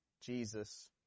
Jesus